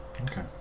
Okay